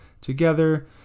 together